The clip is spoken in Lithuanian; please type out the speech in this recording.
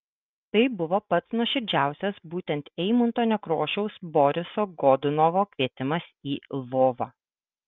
tai buvo pats nuoširdžiausias būtent eimunto nekrošiaus boriso godunovo kvietimas į lvovą